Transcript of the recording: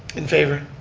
in favor.